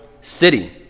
city